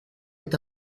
est